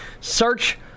Search